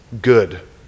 good